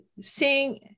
seeing